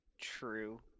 true